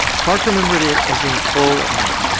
clark remembered it as being full of men.